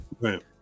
Right